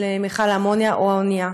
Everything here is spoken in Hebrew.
של מכל האמוניה או האונייה,